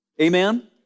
Amen